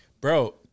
Bro